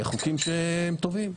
חוקים שהם טובים.